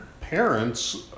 parents